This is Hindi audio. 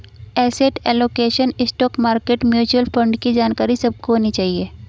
asset allocation, stock market, mutual fund की जानकारी सबको होनी चाहिए